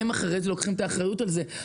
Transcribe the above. הם אחרי זה לוקחים את האחריות על זה.